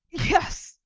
yes.